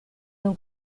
non